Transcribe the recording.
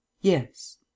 yes